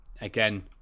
again